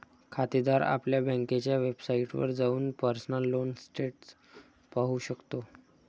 खातेदार आपल्या बँकेच्या वेबसाइटवर जाऊन पर्सनल लोन स्टेटस पाहू शकतो